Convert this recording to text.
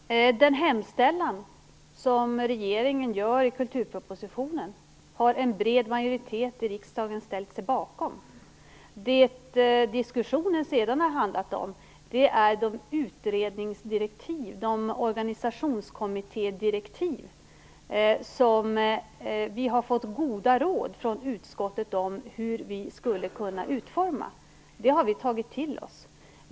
Herr talman! Den hemställan som regeringen gör i kulturpropositionen, har en bred majoritet i riksdagen ställt sig bakom. Det diskussionen sedan har handlat om är utredningsdirektiven och organisationskommittédirektiven. Vi har fått goda råd om från utskottet när det gäller hur dessa skall vara utformade. Det har vi tagit till oss.